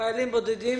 חיילים בודדים